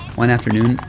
one afternoon,